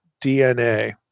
DNA